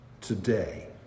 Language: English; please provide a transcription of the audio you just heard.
today